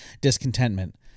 discontentment